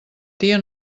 tia